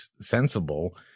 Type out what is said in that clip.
sensible